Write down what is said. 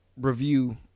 review